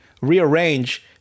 rearrange